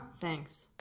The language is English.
thanks